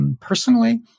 personally